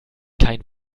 kein